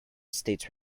states